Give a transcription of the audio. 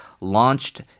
launched